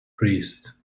priest